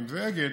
אם זה אגד,